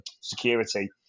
security